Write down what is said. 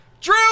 Drew